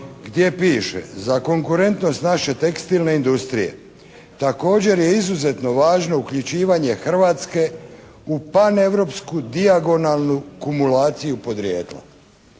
gdje piše: Za konkurentnost naše tekstilne industrije također je izuzetno važno uključivanje Hrvatske u paneuropsku dijagonalnu kumulaciju porijekla.